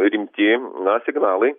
rimti na signalai